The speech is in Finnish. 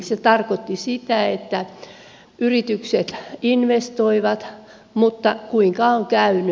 se tarkoitti sitä että yritykset investoivat mutta kuinka on käynyt